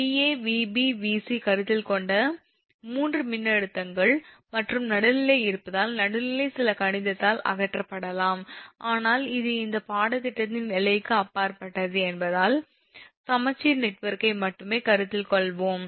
𝑣𝑎 𝑣𝑏 𝑣𝑐 கருத்தில் கொண்ட 3 மின்னழுத்தங்கள் மற்றும் நடுநிலை இருந்தால் நடுநிலை சில கணிதத்தால் அகற்றப்படலாம் ஆனால் அது இந்த பாடத்திட்டத்தின் எல்லைக்கு அப்பாற்பட்டது என்பதால் சமச்சீர் நெட்வொர்க்கை மட்டுமே கருத்தில் கொள்வோம்